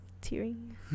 Tearing